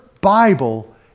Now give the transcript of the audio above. Bible